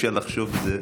אפשר לחשוב שזה,